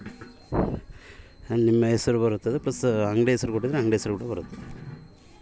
QR code scan ಮಾಡಿದರೆ ನನ್ನ ಅಂಗಡಿ ಹೆಸರು ಬರ್ತದೋ ಅಥವಾ ನನ್ನ ಹೆಸರು ಬರ್ತದ ಸರ್?